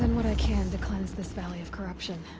and what i can to cleanse this valley of corruption.